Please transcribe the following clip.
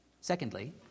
Secondly